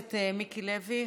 הכנסת מיקי לוי.